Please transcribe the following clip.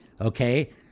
okay